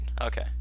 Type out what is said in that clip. Okay